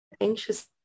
anxious